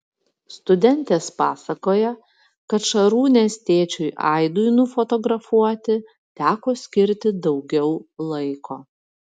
studentės pasakoja kad šarūnės tėčiui aidui nufotografuoti teko skirti daugiau laiko